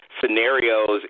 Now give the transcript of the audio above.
scenarios